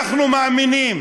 אנחנו מאמינים